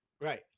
Right